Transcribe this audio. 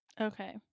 Okay